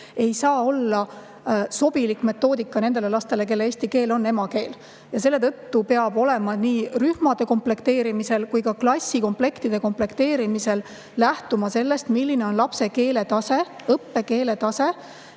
ei saa olla sobilik metoodika nendele lastele, kellele eesti keel on emakeel. Selle tõttu peab nii rühmade komplekteerimisel kui ka klasside komplekteerimisel lähtuma sellest, milline on lapse keeletase, õppekeeletase.